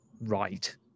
right